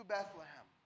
Bethlehem